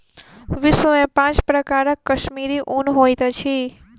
विश्व में पांच प्रकारक कश्मीरी ऊन होइत अछि